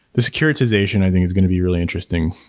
the securitization i think is going to be really interesting.